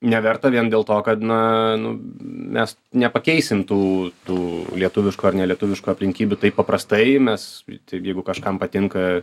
neverta vien dėl to kad na nu mes nepakeisim tų tų lietuviškų ar nelietuviškų aplinkybių taip paprastai mes taip jeigu kažkam patinka